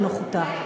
לנוחותה.